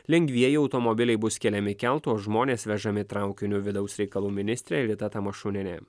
lengvieji automobiliai bus keliami keltu o žmonės vežami traukiniu vidaus reikalų ministrė rita tamašunienė